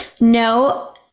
no